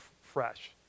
fresh